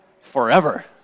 forever